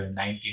19